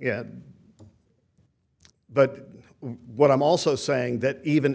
yeah but what i'm also saying that even